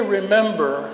remember